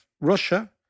Russia